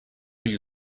you